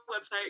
website